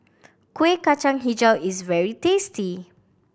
Kuih Kacang Hijau is very tasty